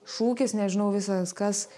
šūkis nežinau visas kas